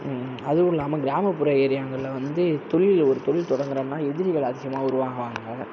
அதுவும் இல்லாமல் கிராமப்புறம் ஏரியாங்களில் வந்து தொழில் ஒரு தொழில் தொடங்குறோம்னால் எதிரிகள் அதிகமாக உருவாகுவாங்க